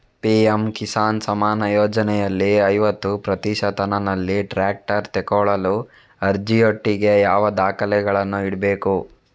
PM Kisan Samman ಯೋಜನೆಯಲ್ಲಿ ಐವತ್ತು ಪ್ರತಿಶತನಲ್ಲಿ ಟ್ರ್ಯಾಕ್ಟರ್ ತೆಕೊಳ್ಳಲು ಅರ್ಜಿಯೊಟ್ಟಿಗೆ ಯಾವ ದಾಖಲೆಗಳನ್ನು ಇಡ್ಬೇಕು?